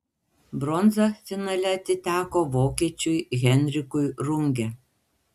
bronza finale atiteko vokiečiui henrikui runge